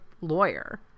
lawyer